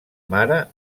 mare